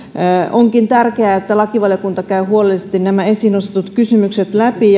onkin tärkeää että lakivaliokunta käy huolellisesti nämä esiin nostetut kysymykset läpi